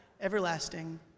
everlasting